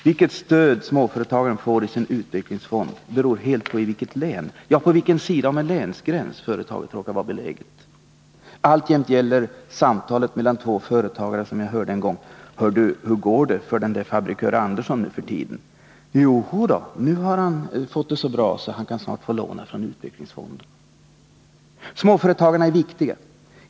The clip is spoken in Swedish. Vilket stöd småföretagaren får i sin utvecklingsfond beror helt på i vilket län, ja, på vilken sida om en länsgräns företaget råkar vara beläget. Alltjämt gäller samtalet mellan två företagare, som jag hörde en gång: ”Hör du, hur går det för fabrikör Andersson nu för tiden?” —-”Jo, nu har han fått det så bra, så han kan snart få låna från utvecklingsfonden.” Småföretagarna är viktiga.